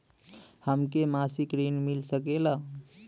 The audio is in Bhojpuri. हमके मासिक ऋण मिल सकेला?